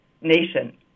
Nation